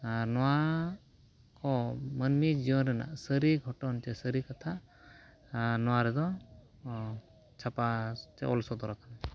ᱟᱨ ᱱᱚᱣᱟ ᱠᱚ ᱢᱟᱹᱱᱢᱤ ᱡᱤᱭᱚᱱ ᱨᱮᱱᱟᱜ ᱥᱟᱹᱨᱤ ᱜᱷᱚᱴᱚᱱ ᱥᱮ ᱥᱟᱹᱨᱤ ᱠᱟᱛᱷᱟ ᱱᱚᱣᱟ ᱨᱮᱫᱚ ᱪᱷᱟᱯᱟ ᱥᱮ ᱚᱞ ᱥᱚᱫᱚᱨ ᱟᱠᱟᱱᱟ